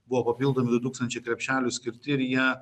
buvo papildomi du tūkstančiai krepšelių skirti ir jie